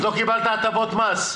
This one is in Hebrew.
אז לא קיבלת הטבות מס.